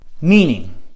meaning